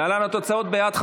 להלן התוצאות: בעד,